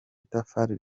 itafari